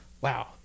wow